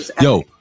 Yo